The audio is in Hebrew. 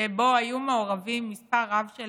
שבו היו מעורבים מספר רב של